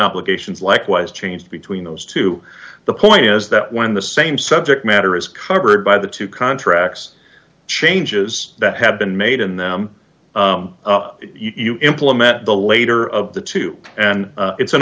obligations likewise changed between those two the point is that when the same subject matter is covered by the two contracts changes that have been made in them you implement the later of the two and it's an